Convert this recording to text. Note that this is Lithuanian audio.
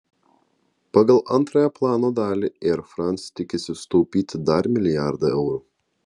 pagal antrąją plano dalį air france tikisi sutaupyti dar milijardą eurų